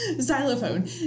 xylophone